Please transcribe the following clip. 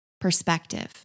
perspective